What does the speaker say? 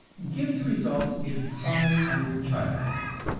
gives the results in five hundred childbirths,